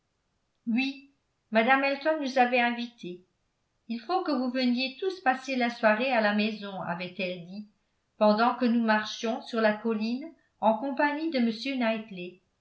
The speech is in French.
oui mme elton nous avait invités il faut que vous veniez tous passer la soirée à la maison avait-elle dit pendant que nous marchions sur la colline en compagnie de